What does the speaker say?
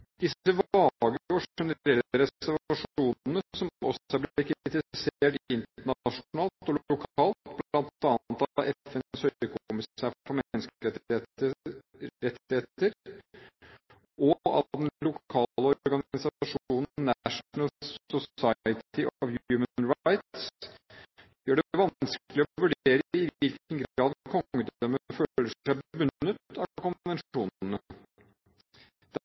Disse vage og generelle reservasjonene, som også er blitt kritisert internasjonalt og lokalt, bl.a. av FNs høykommissær for menneskerettigheter og av den lokale organisasjonen National Society for Human Rights, gjør det vanskelig å vurdere i hvilken grad kongedømmet føler seg